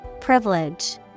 Privilege